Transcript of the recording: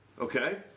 Okay